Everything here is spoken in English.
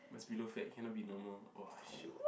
must be low fat cannot be normal !wah! shiok